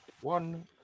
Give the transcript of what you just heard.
one